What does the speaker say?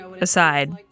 aside